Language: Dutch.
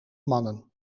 mannen